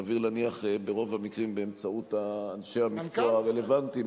סביר להניח שברוב המקרים באמצעות אנשי המקצוע הרלוונטיים,